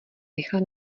rychle